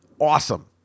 awesome